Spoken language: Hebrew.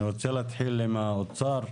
אני רוצה להתחיל עם האוצר.